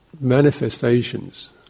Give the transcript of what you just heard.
manifestations